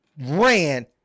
ran